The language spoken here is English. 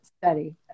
study